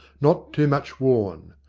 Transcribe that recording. not too much worn.